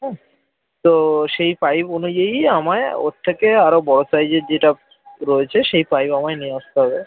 হ্যাঁ তো সেই পাইপ অনুযায়ীই আমায় ওর থেকে আরও বড় সাইজের যেটা রয়েছে সেই পাইপ আমায় নিয়ে আসতে হবে